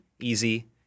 easy